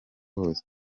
bose